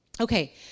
Okay